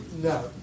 No